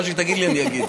מה שהיא תגיד לי אני אגיד.